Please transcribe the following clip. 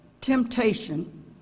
temptation